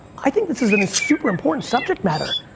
i think this is and a super important subject matter.